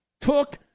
took